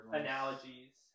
analogies